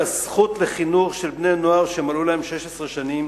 הזכות לחינוך של בני-נוער שמלאו להם 16 שנים,